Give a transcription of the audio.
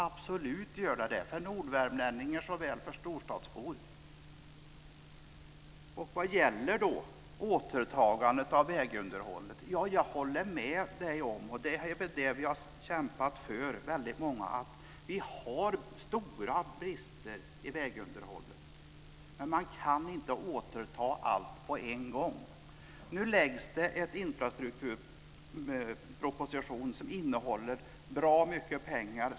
Det gör det absolut, för nordvärmlänningar såväl som för storstadsbor. Jag håller med Jan-Evert Rådhström om att vi har stora brister i vägunderhåll. Det är väl det väldigt många av oss har kämpat för att återta. Men man kan inte göra allt på en gång. Nu läggs det fram en infrastrukturproposition som innehåller bra mycket pengar.